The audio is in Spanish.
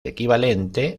equivalente